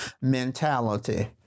mentality